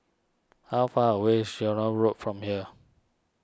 how far away is Ceylon Road from here